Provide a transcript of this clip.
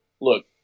Look